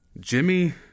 Jimmy